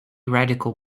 radical